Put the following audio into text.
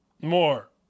more